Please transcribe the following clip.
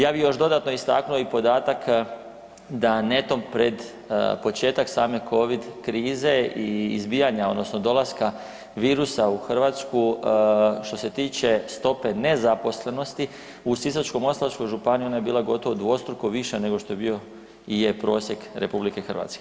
Ja bih još dodatno istaknuo i podatak da netom pred početak same Covid krize i izbijanja odnosno dolaska virusa u Hrvatsku što se tiče stope nezaposlenosti u Sisačko-moslavačkoj županiji ona je bila gotovo dvostruko više nego što je bio i je prosjek RH.